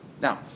Now